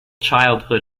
childhood